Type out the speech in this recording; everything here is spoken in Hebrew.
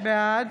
בעד